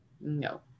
no